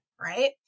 right